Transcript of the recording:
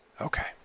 Okay